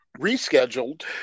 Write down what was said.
rescheduled